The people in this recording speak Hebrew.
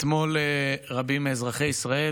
אתמול רבים מאזרחי ישראל